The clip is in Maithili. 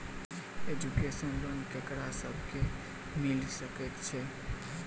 एजुकेशन लोन ककरा सब केँ मिल सकैत छै?